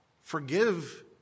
forgive